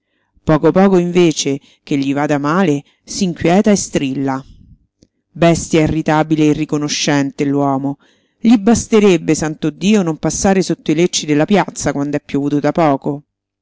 poco poco invece che gli vada male s'inquieta e strilla bestia irritabile e irriconoscente l'uomo gli basterebbe santo dio non passare sotto i lecci della piazza quand'è piovuto da poco